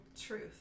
Truth